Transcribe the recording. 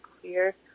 clear